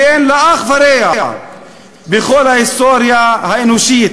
שאין לה אח ורע בכל ההיסטוריה האנושית,